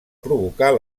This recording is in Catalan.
provocar